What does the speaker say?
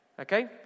Okay